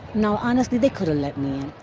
now honestly, they coulda let me in,